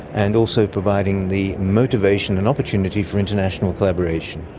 and also providing the motivation and opportunity for international collaboration.